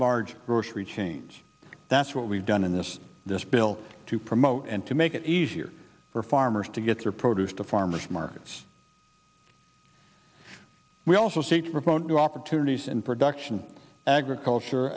large grocery chains that's what we've done in this this bill to promote and to make it easier for farmers to get their produce to farmers markets we also see it for photo opportunities and production agriculture